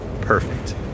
perfect